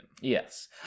Yes